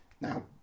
Now